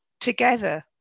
together